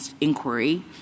inquiry